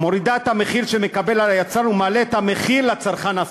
מורידה את המחיר שמקבל היצרן ומעלה את המחיר לצרכן הסופי.